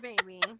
baby